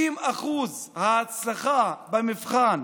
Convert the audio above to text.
ואם אחוז ההצלחה במבחן